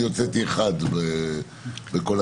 אני הוצאתי אחד בכל התקופה.